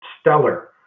stellar